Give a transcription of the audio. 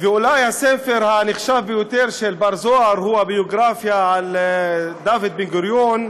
ואולי הספר הנחשב ביותר של בר-זוהר הוא הביוגרפיה על דוד בן גוריון,